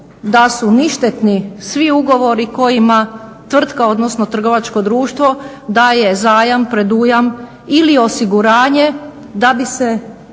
da su ništetni svi ugovori kojima tvrtka, odnosno trgovačko društvo daje zajam, predujam ili osiguranje da bi se